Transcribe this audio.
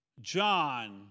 John